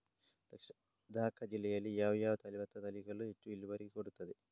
ದ.ಕ ಜಿಲ್ಲೆಯಲ್ಲಿ ಯಾವ ಯಾವ ಭತ್ತದ ತಳಿಗಳು ಹೆಚ್ಚು ಇಳುವರಿ ಕೊಡುತ್ತದೆ?